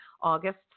August